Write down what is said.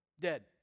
Dead